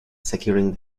securing